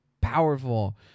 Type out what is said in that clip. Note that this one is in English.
powerful